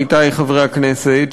עמיתי חברי הכנסת,